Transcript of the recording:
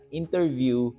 interview